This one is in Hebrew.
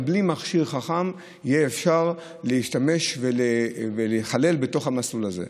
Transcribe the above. בלי מכשיר חכם יהיה אפשר להשתמש ולהיכלל בתוך המסלול הזה.